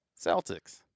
Celtics